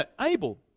Abel